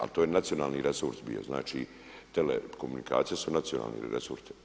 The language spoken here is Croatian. A to ne nacionalni resurs bio, znači telekomunikacije su nacionalni resurs.